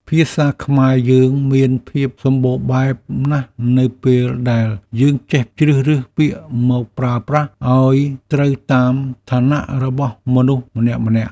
ភាសាខ្មែរយើងមានភាពសម្បូរបែបណាស់នៅពេលដែលយើងចេះជ្រើសរើសពាក្យមកប្រើប្រាស់ឱ្យត្រូវតាមឋានៈរបស់មនុស្សម្នាក់ៗ។